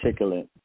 particulate